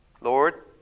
Lord